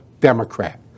Democrat